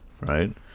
right